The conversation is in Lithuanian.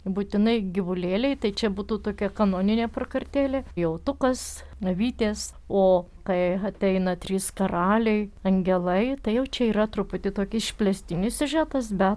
būtinai gyvulėliai tai čia būtų tokia kanoninė prakartėlė jautukas avytės o kai ateina trys karaliai angelai tai jau čia yra truputį toki išplėstinis siužetas be